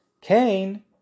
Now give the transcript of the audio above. Cain